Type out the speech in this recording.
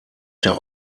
der